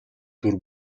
дүр